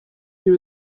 you